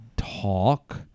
talk